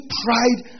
pride